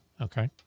Okay